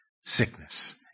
sickness